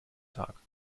tag